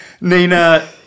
Nina